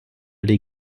les